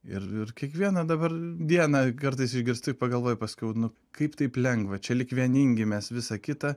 ir ir kiekvieną dabar dieną kartais išgirstu ir pagalvoju paskiau nu kaip taip lengva čia lyg vieningi mes visa kita